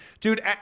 dude